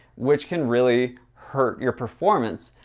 which can really hurt your performance.